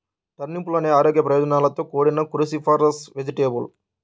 టర్నిప్లు అనేక ఆరోగ్య ప్రయోజనాలతో కూడిన క్రూసిఫరస్ వెజిటేబుల్